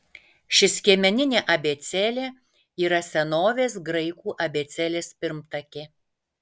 ši skiemeninė abėcėlė yra senovės graikų abėcėlės pirmtakė